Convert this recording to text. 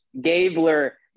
Gabler